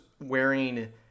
wearing